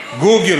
"גוגל",